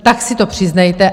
Tak si to přiznejte.